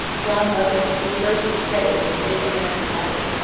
john lovett, who served with credit in the big american battery,